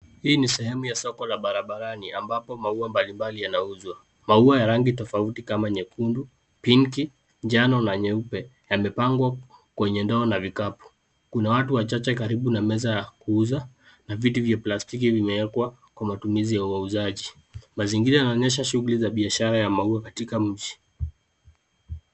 Hii ni sehemu ya soko la barabarani ambapo maua mbalimbali yanauzwa. Maua ya rangi tofauti kama nyekundu, pinki, njano, na nyeupe yamepangwa kwenye ndoa na vikapu. Kuna watu wachache karibu na meza ya kuuza, na viti vya plastiki vimewekwa kwa matumizi ya wauzaji. Mazingira yanaonyesha shughuli za biashara ya maua katika mji.